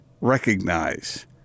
recognize